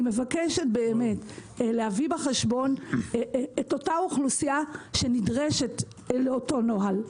אני מבקשת באמת להביא בחשבון את אותה אוכלוסייה שנדרשת לאותו נוהל.